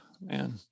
Man